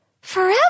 Forever